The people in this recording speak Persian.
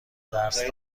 درس